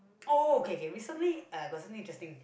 oh okay okay recently uh got something interesting